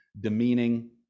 demeaning